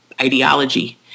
ideology